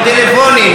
טלפונים,